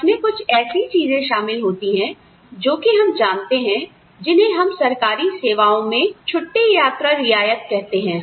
इसमें कुछ ऐसी चीजें शामिल होती है जो कि हम जानते हैं जिन्हें हम सरकारी सेवाओं में छुट्टी यात्रा रियायत कहते हैं